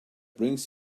brings